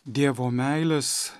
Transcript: dievo meilės